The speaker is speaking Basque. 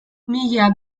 mila